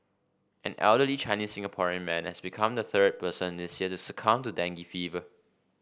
an elderly Chinese Singaporean man has become the third person this year to succumb to dengue fever